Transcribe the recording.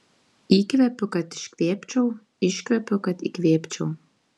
įkvepiu kad iškvėpčiau iškvepiu kad įkvėpčiau